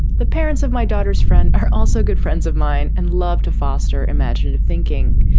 the parents of my daughter's friend are also good friends of mine and love to foster imaginative thinking.